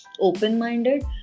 open-minded